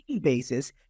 basis